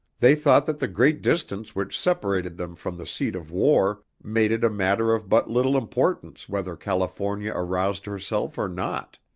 they thought that the great distance which separated them from the seat of war made it a matter of but little importance whether california aroused herself or not.